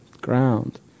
ground